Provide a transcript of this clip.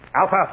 Alpha